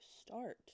start